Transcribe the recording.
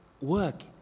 work